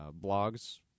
Blogs